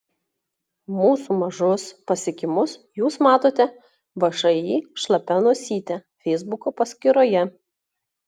mūsų mažus pasiekimus jūs matote všį šlapia nosytė feisbuko paskyroje